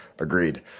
Agreed